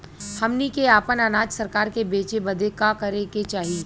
हमनी के आपन अनाज सरकार के बेचे बदे का करे के चाही?